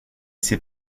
c’est